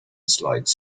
slides